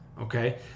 okay